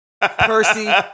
Percy